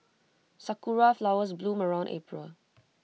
Sakura Flowers bloom around April